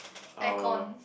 air con